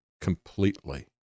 completely